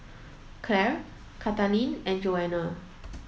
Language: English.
Clare Kathaleen and Joanna